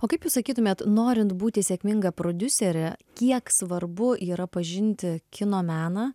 o kaip jūs sakytumėt norint būti sėkminga prodiusere kiek svarbu yra pažinti kino meną